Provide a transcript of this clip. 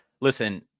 listen